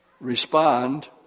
respond